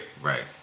Right